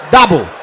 Double